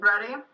ready